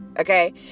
okay